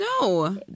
No